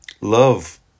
love